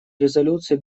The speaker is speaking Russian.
резолюции